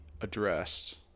addressed